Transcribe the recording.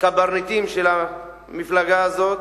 קברניטים של המפלגה הזאת.